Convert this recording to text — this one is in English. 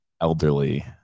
elderly